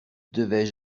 devais